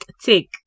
take